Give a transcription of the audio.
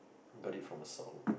got it from a song